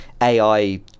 AI